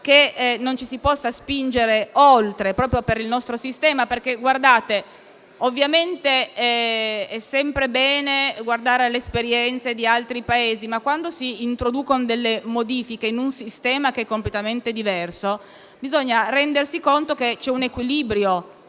che non ci si possa spingere oltre, proprio alla luce del nostro sistema. Ovviamente, è sempre bene guardare alle esperienze di altri Paesi, ma quando si introducono modifiche in un sistema che è completamente diverso, bisogna rendersi conto del fatto che c'è un equilibrio